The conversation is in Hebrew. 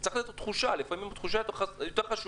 לפעמים התחושה שלך יותר חשובה